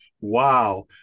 Wow